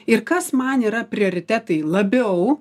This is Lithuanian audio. ir kas man yra prioritetai labiau